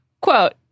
Quote